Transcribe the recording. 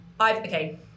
okay